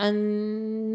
at night